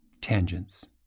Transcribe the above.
Tangents